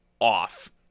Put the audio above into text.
off